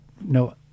no